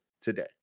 today